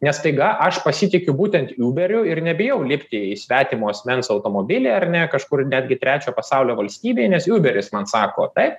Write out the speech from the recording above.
nes staiga aš pasitikiu būtent uberiu ir nebijau lipti į svetimo asmens automobilį ar ne kažkur netgi trečio pasaulio valstybėj nes uberis man sako taip